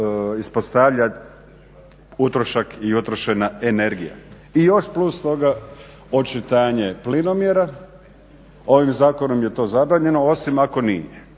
ispostavlja utrošak i utrošena energija. I još plus toga očitanje plinomjera. Ovim zakonom je to zabranjeno osim ako nije.